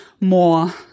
more